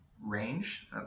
range